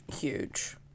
huge